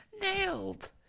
Nailed